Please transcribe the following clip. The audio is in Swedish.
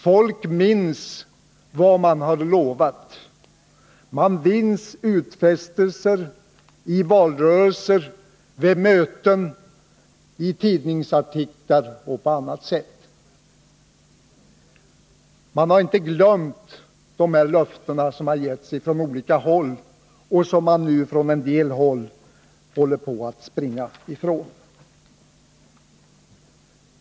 Folk minns vad politiker har lovat, minns utfästelser i valrörelser, vid möten, i tidningsartiklar och på annat sätt. Folk har inte glömt de löften som getts från olika håll och som man nu håller på att springa ifrån på en del håll.